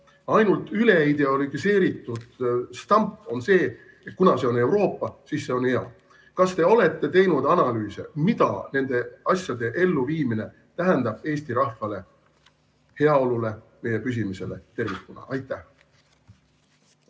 Ainult üleideologiseeritud stamp on see, et kuna see on Euroopa, siis see on hea. Kas te olete teinud analüüse, mida nende asjade elluviimine tähendab Eesti rahvale, heaolule, meie püsimisele tervikuna? Aitäh!